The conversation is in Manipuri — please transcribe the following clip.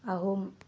ꯑꯍꯨꯝ